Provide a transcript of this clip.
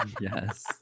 yes